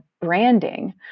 branding